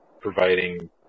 providing